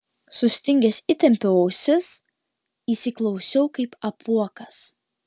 sustingęs įtempiau ausis įsiklausiau kaip apuokas